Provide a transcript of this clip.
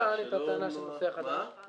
מי טען טענת נושא חדש?